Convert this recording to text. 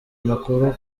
amakuru